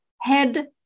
head